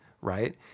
right